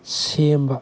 ꯁꯦꯝꯕ